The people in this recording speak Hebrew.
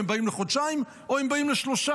הם באים לחודשיים או הם באים לשלושה.